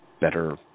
better